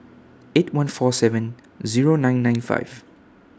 eight one four seven Zero nine nine five